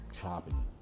chopping